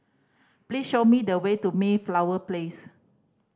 please show me the way to Mayflower Place